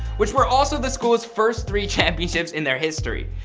which were also the school's first three championships in their history.